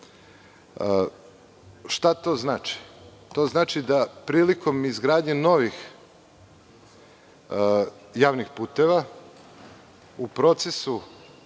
to znači? To znači da prilikom izgradnje novih javnih puteva, u procesu